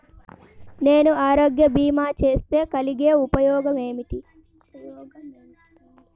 నేను ఆరోగ్య భీమా చేస్తే కలిగే ఉపయోగమేమిటీ?